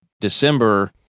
December